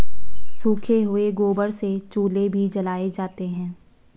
सूखे हुए गोबर से चूल्हे भी जलाए जाते हैं